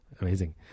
Amazing